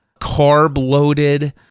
carb-loaded